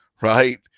right